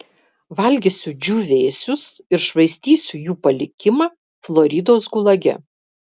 valgysiu džiūvėsius ir švaistysiu jų palikimą floridos gulage